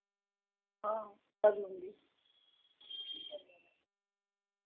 हाँ कर लूँगी